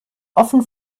offen